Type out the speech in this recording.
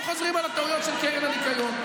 לא חוזרים על טעויות של קרן הפיקדון.